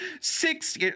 Six